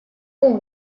her